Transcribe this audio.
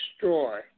destroy